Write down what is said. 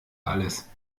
alles